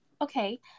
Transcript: Okay